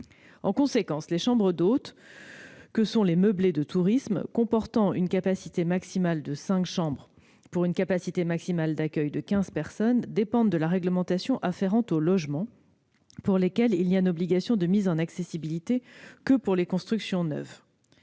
En conséquence, les chambres d'hôtes que sont les meublés de tourisme comportant un nombre maximal de cinq chambres pour une capacité maximale d'accueil de quinze personnes dépendent de la réglementation afférente aux logements pour lesquels il n'y a obligation de mise en accessibilité que pour les constructions neuves.